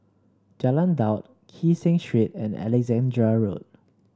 Jalan Daud Kee Seng Street and Alexandra Road